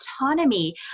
autonomy